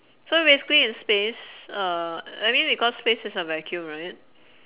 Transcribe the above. so basically in space uh I mean because space is a vacuum right